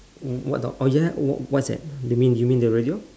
w~ what dog oh ya w~ what's that you mean you mean the radio